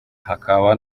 hakaba